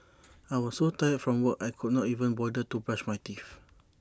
I was so tired from work I could not even bother to brush my teeth